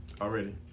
Already